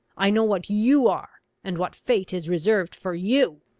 i know what you are, and what fate is reserved for you!